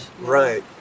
right